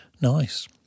Nice